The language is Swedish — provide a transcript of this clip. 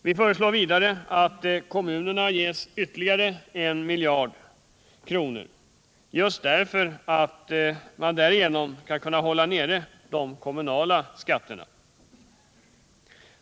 Vpk föreslår vidare att kommunerna ges ytterligare en miljard kronor just för att därigenom hålla nere de kommunala skatterna.